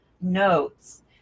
notes